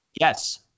Yes